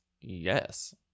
yes